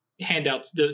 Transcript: handouts